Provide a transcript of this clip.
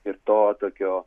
ir to tokio